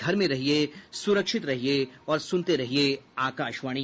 घर में रहिये सुरक्षित रहिये और सुनते रहिये आकाशवाणी